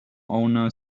owner